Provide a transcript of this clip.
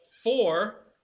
four